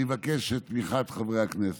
אני מבקש את תמיכת חברי הכנסת.